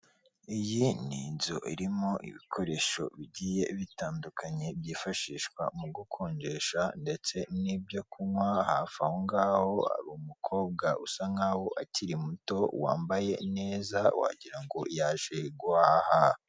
Iyi ni inzu irimo ibikoresho bigiye bitandukanye, byifashishwa mu gukonjesha ndetse n'ibyo kunywa. Hafi aho ngaho hari umukobwa usa nkaho akiri muto wambaye neza wagira ngo ngo yajeha.